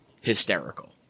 hysterical